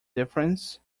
difference